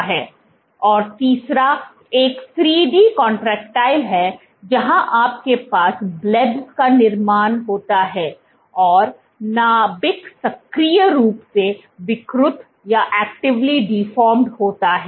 और तीसरा एक 3 D कांट्रेक्टइल है जहां आपके पास ब्लब्स का निर्माण होता है और नाभिक सक्रिय रूप से विकृत होता है